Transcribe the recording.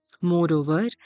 Moreover